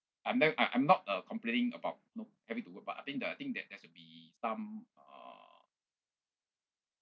I'm ba~ I I'm not uh complaining about you know having to work but I think that I think the there should be some uh